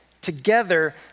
together